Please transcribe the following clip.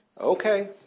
Okay